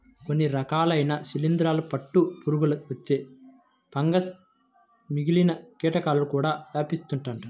కొన్ని రకాలైన శిలీందరాల పట్టు పురుగులకు వచ్చే ఫంగస్ మిగిలిన కీటకాలకు కూడా వ్యాపిస్తుందంట